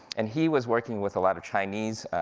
and he was working with a lot of chinese